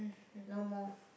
no more